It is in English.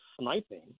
sniping